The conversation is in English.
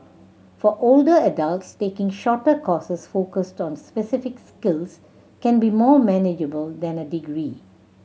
for older adults taking shorter courses focused on specific skills can be more manageable than a degree